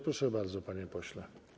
Proszę bardzo, panie pośle.